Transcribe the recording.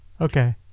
Okay